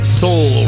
soul